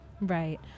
Right